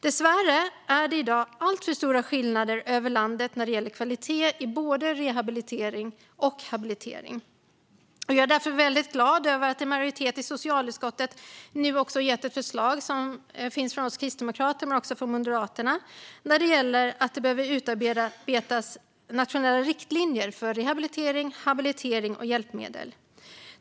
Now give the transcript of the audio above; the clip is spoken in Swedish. Dessvärre är det i dag alltför stora skillnader över landet när det gäller kvaliteten i både rehabilitering och habilitering. Jag är därför väldigt glad över att en majoritet i socialutskottet nu har gett stöd till ett förslag från oss kristdemokrater och från Moderaterna när det gäller att det behöver utarbetas nationella riktlinjer för rehabilitering, habilitering och hjälpmedel.